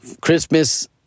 Christmas